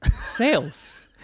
Sales